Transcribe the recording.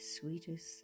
sweetest